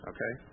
Okay